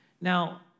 Now